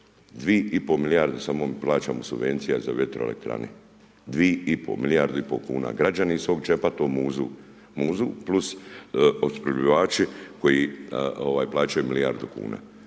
Dvi i po milijarde samo mi plaćamo subvencija za vjetroelektrane, dvi i po milijarde, milijardu i po kuna građani iz svog džepa to muzu, muzu plus opskrbljivači koji plaćaju milijardu kuna.